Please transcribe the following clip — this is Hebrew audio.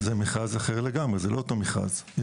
זה מכרז אחר לגמרי, זה לא אותו מכרז.